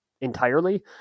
entirely